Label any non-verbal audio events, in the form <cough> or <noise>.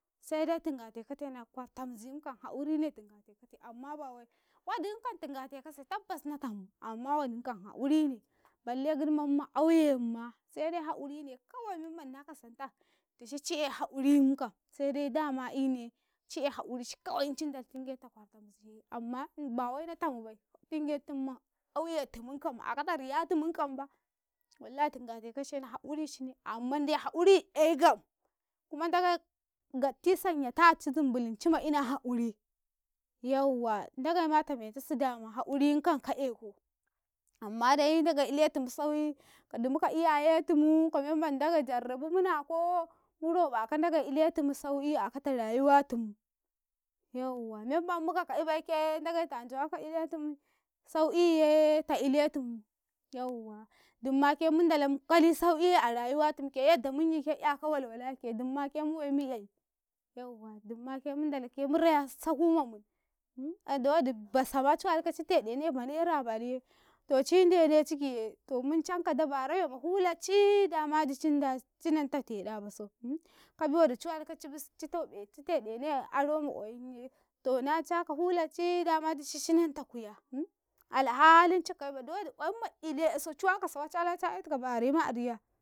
﻿saide tinga tekate na kwarta mizim kam haqurine tinga te kate, amma wadin kam tingatekase tabbas na tam amma wadinkam haqurine balle gid mam ma auye 'yan ma sede haqurine kawai mandi na kasanta ɗicin ci e haqurinkam sede dama lineci e ha'urici kawai cin ndalatingena ta kwartamiziye, amma bawai na tambai taingentum ma'auye tumunkam akata riya tumun kamba wallah tingate kace na haquricine ammande haquri ey gam kumandagai gaɗti sanyataci zumbulunci ma ina haquri yawwa ndagai ma tame cisi dama ha'urinkam ka eko ammadai ndagai iletum sau'i ka dumu ka 'yayetum, ka memman ndagai jarabumunakau mu roɓa kandagai iletum mu sau'i a kata rayuwatum, yawwa memmam muka 'ka'ibai, ke ndagai tan jawaka inatum sau'iye talletum, yawwa dumma kemun dalamukali sau'i a rayuwatum ke yadda munyi ke 'yaka walwala ke dumma ke mu wai mu'ey yawwa dumma ke mundala murai a sahu ma mun <hesitation> dowodi basama ci walika ci teɗene ma naira baɗuye to cin dene cikiye to mun can ka daba rayo ma hulaci dama dicin daci nanta teɗa basau <hesitation> kabo wodi ciwalika bis ci teɗo ci teɗeneka aro ma qwayinye to na caka hulaci dama dici ci nanta kuya <hesitation> alhalin cika ka'ibai dowodi, qwayim ma'ile esu ciwaka sawaye cala ca etu ka barema a riya